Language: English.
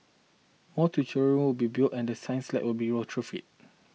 more tutorial be built and the science lab will be retrofitted